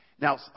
Now